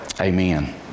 Amen